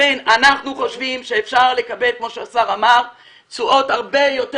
אנחנו חושבים שאפשר לקבל תשואות הרבה יותר